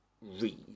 read